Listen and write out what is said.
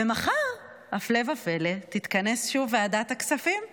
ומחר, הפלא ופלא, תתכנס שוב ועדת הכספים בנושא.